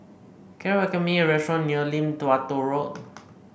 can you recommend me a restaurant near Lim Tua Tow Road